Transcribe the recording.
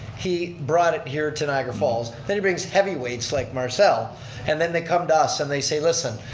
he brought it here to niagara falls. then he brings heavyweights like marcel and then they come to us and they say listen,